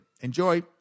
Enjoy